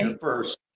first